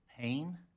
pain